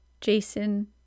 jason